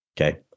Okay